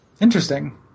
interesting